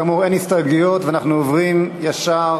כאמור, אין הסתייגויות, ואנחנו עוברים ישר